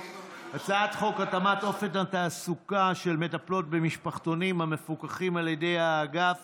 הצעת חוק התאמת אופן ההעסקה של מטפלות במשפחתונים המפוקחים על ידי האגף